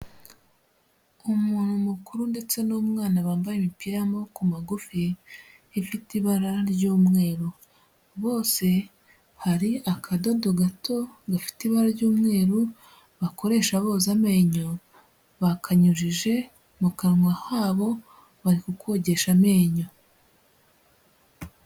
Umuntu mukuru ndetse n'umwana bambaye imipira y'amaboko magufi ifite ibara ry'umweru, bose hari akadodo gato gafite ibara ry'umweru bakoresha boza amenyo, bakanyujijeje mu kanwa habo bari kukogesha amenyo.